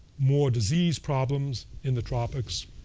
more disease problems in the tropics.